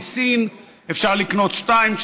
אפשר לקנות שתיים,